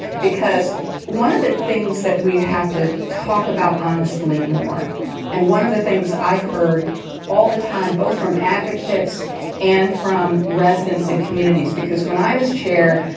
because one of the things that we have to talk about honestly more and one of the things i heard all the time, both from advocates and from residents and communities, because when i was chair,